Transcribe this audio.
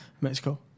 Mexico